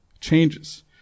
Changes